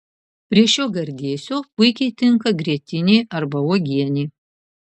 prie šio gardėsio puikiai tinka grietinė arba uogienė